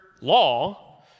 law